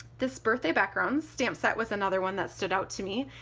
this birthday background stamp set was another one that stood out to me.